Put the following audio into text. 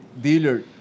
dealer